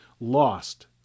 lost